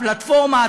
הפלטפורמה,